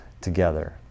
together